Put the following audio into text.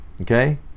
Okay